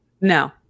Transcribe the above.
No